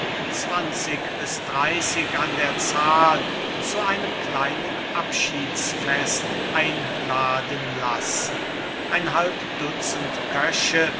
zwanzig bis dreyßig an der zahl zu einem kleinen abschiedsfest einladen lassen ein halb dutzend köche